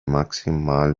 maximal